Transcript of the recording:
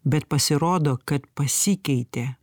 bet pasirodo kad pasikeitė